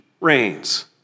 reigns